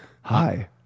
Hi